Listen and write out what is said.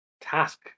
task